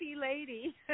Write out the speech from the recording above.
lady